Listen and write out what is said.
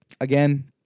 again